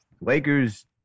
Lakers